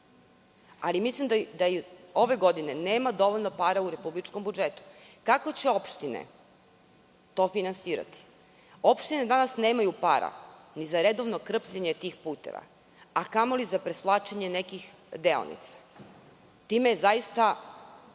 ali mislim da ove godine nema dovoljno para u republičkom budžetu. Kako će opštine to finansirati? Opštine danas nemaju para ni za redovno krpljenje tih puteva, a kamoli za presvlačenje nekih deonica. Time je zaista